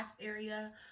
area